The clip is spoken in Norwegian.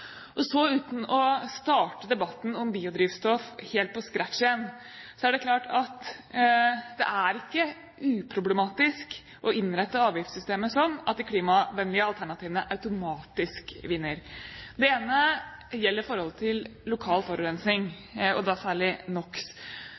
Og så, uten å starte debatten om biodrivstoff helt på scratch igjen, er det klart at det er ikke uproblematisk å innrette avgiftssystemet sånn at de klimavennlige alternativene automatisk vinner. Det ene gjelder forholdet til lokal forurensning